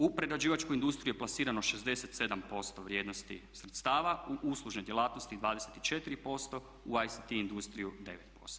U prerađivačku industriju je plasirano 67% vrijednosti sredstava, u uslužne djelatnosti 24%, u ICT industriju 9%